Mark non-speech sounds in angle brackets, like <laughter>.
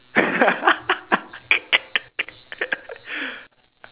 <laughs>